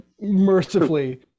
mercifully